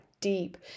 deep